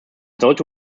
sollte